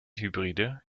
hybride